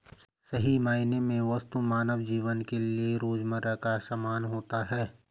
सही मायने में वस्तु मानव जीवन के लिये रोजमर्रा का सामान होता है